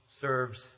serves